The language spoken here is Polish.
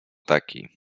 taki